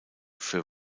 für